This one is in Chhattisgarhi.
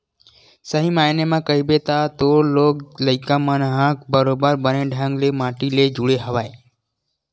सही मायने म कहिबे त तोर लोग लइका मन ह बरोबर बने ढंग ले माटी ले जुड़े हवय